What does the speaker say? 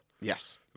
Yes